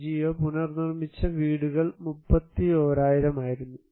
NGO പുനർനിർമ്മിച്ച വീടുകൾ 31000 ആയിരുന്നു